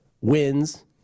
wins